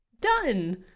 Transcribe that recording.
Done